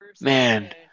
Man